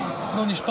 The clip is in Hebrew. נקודת